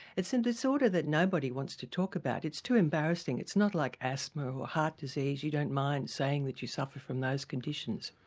it's a disorder that nobody wants to talk about, it's too embarrassing, it's not like asthma or heart disease, you don't mind saying that you suffer from those conditions.